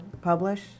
publish